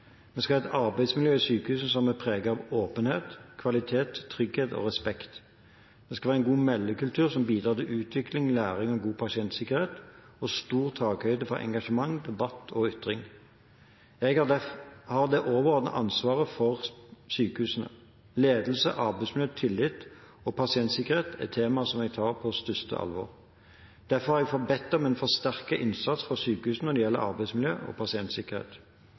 Vi skal ha et arbeidsmiljø i sykehusene som er preget av åpenhet, kvalitet, trygghet og respekt. Det skal være en god meldekultur som bidrar til utvikling, læring og god pasientsikkerhet, og stor takhøyde for engasjement, debatt og ytring. Jeg har det overordnede ansvaret for sykehusene. Ledelse, arbeidsmiljø, tillit og pasientsikkerhet er tema som jeg tar på største alvor. Derfor har jeg bedt om en forsterket innsats fra sykehusene når det gjelder arbeidsmiljø og pasientsikkerhet.